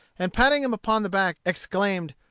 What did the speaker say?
and patting him upon the back, exclaimed,